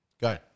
Go